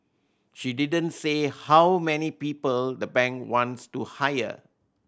she didn't say how many people the bank wants to hire